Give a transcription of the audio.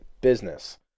Business